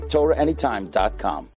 TorahAnyTime.com